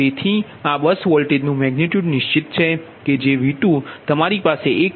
તેથી આ બસ વોલ્ટેજનુ મેગનિટયુડ નિશ્ચિત છે કે જે V2 તમારી પાસે 1